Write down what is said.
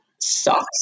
sucks